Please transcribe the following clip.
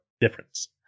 Difference